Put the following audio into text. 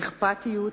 אכפתיות,